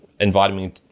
inviting